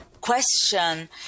question